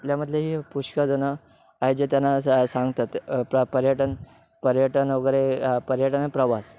आपल्यामधलेही पुष्कळ जणं आहे जे त्यांना स सांगतात प्र पर्यटन पर्यटन वगैरे पर्यटन प्रवास